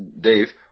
Dave